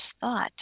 thought